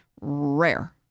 rare